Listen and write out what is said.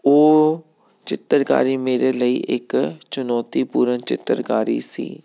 ਉਹ ਚਿੱਤਰਕਾਰੀ ਮੇਰੇ ਲਈ ਇੱਕ ਚੁਣੌਤੀਪੂਰਨ ਚਿੱਤਰਕਾਰੀ ਸੀ